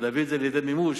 ולהביא את זה לידי מימוש,